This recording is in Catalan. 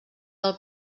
del